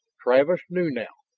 travis knew now.